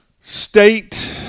state